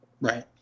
Right